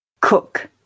cook